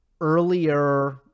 earlier